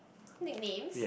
nicknames